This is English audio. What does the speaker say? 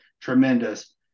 tremendous